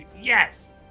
Yes